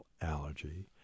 allergy